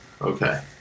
Okay